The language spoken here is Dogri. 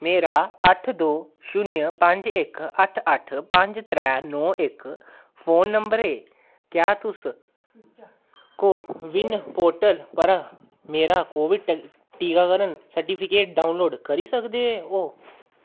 मेरा अट्ठ दो शून्य पंज इक अट्ठ अट्ठ पंज त्रै नौ इक फोन नंबर ऐ क्या तुस को विन पोर्टल परा मेरा कोविड टीकाकरण सर्टिफिकेट डाउनलोड करी सकदे ओ